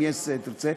אם יס תרצה,